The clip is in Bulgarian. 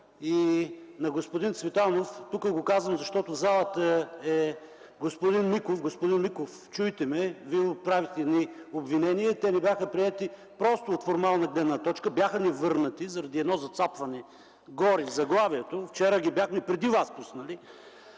и на господин Цветанов. Казвам го тук, защото в залата е господин Миков. Господин Миков, чуйте ме, Вие отправихте едни обвинения, те не бяха приети просто от формална гледна точка, бяха ни върнати заради едно зацапване – горе, в заглавието. Вчера ги бяхме пуснали